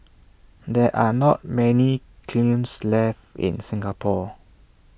there are not many kilns left in Singapore